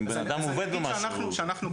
אם בנאדם עובד במה שהוא למד.